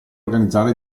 organizzare